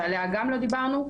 שעליה גם לא דיברנו,